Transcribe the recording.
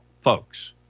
folks